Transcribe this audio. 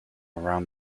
around